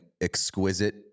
exquisite